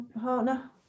partner